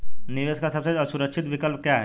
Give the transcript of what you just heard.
निवेश का सबसे सुरक्षित विकल्प क्या है?